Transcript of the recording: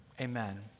Amen